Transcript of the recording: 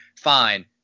fine